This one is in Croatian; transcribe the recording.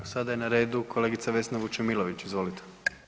Sada je na redu kolegica Vesna Vučemilović, izvolite.